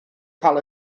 cael